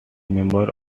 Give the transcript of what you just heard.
members